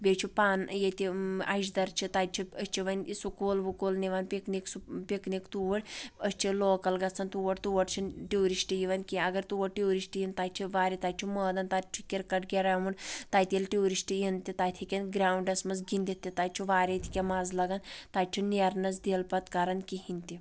بیٚیہِ چھُ پانہٕ ییٚتہِ اجدر چھِ تَتہِ چھِ أسۍ چھِ وۄنۍ سکوٗل وکوٗل نِوان پکنِک پِکنِک توٗرۍ أسۍ چھِ لوکل گژھان تور تور چھِنہٕ ٹیوٗرِسٹہٕ یِوان کینٛہہ اگر تور ٹوٗرِسٹہٕ یِن تتہِ چُھِ واریاہ تَتہِ چھُ مٲدان تتہِ چھُ کِرکٹ گرٛاوُنٛڈ تَتہِ ییٚلہِ ٹیوٗرِسٹہٕ یِن تہٕ تَتہِ ہیٚکن گرٛاوُنٛڈس منٛز گنٛدِتھ تہِ تَتہِ چھُ واریاہ تہِ کینٛہہ مَزٕ لَگان تَتہِ چھُ نیٚرنَس دِل پتہٕ کَران کِہیٖنۍ تہِ بَس